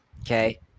Okay